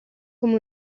come